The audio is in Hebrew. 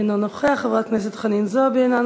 אינו נוכח,